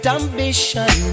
ambition